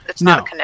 No